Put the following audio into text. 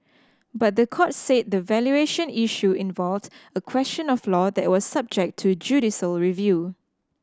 but the court said the valuation issue involved a question of law that was subject to judicial review